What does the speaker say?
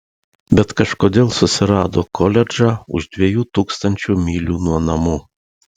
bet kažkodėl susirado koledžą už dviejų tūkstančių mylių nuo namų